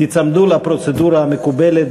תיצמדו לפרוצדורה המקובלת